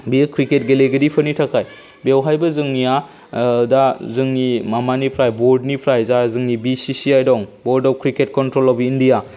बेयो क्रिकेट गेलेगिरिफोरनि थाखाय बेवहायबो जोंनिया दा जोंनि माबानिफ्राय बर्डनिफ्राय जा जोंनि बि सि सि आइ दं board of cricket control of India